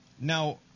Now